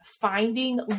finding